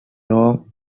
long